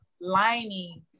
lining